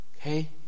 okay